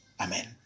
Amen